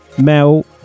Mel